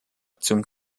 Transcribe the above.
zum